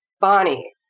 Bonnie